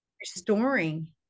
restoring